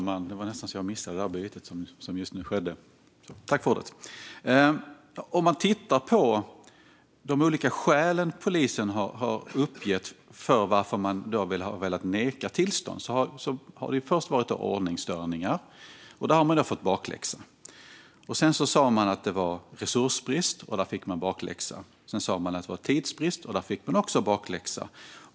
Herr ålderspresident! Bland de olika skäl som polisen har uppgett till att man har velat neka tillstånd har det först varit ordningsstörningar. Där har man fått bakläxa. Sedan sa man att det var resursbrist, och där fick man bakläxa. Sedan sa man att det var tidsbrist, och där fick man också bakläxa.